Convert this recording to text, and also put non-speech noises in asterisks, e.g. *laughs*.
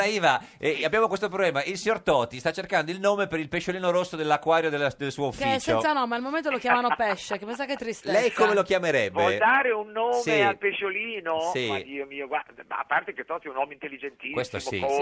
Sì. Iva, eh, abbiamo questo problema. Il signor Totti sta cercando il nome per il pesciolino rosso dell'acquario della- del suo Che è ufficio. senza nome, al momento lo chiamano pesce, *laughs* che mi sa che Lei tristezza. *laughs* come lo chiamerebbe? Vuol dare un nome Sì. al pesciolino? Sì. Ma Dio mio, guarda, ma a parte che Totti è un uomo intelligentissimo, Questo sì, sì.